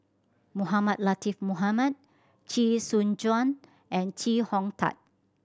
Mohamed Latiff Mohamed Chee Soon Juan and Chee Hong Tat